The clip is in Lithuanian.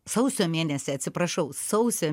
sausio mėnesį atsiprašau sausio